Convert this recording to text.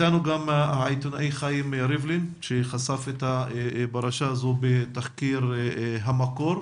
אתנו גם העיתונאי חיים ריבלין שחשף את הפרשה בתחקיר "המקור",